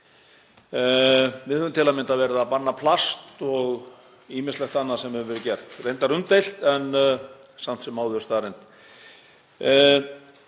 Við höfum til að mynda verið að banna plast og ýmislegt annað hefur verið gert, reyndar umdeilt, en er samt sem áður staðreynd.